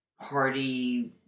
party